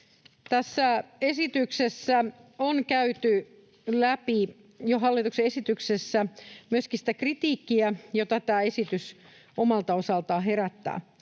esityksessä on käyty läpi myöskin sitä kritiikkiä, jota tämä esitys omalta osaltaan herättää.